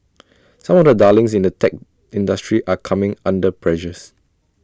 some of the darlings in the tech industry are coming under pressures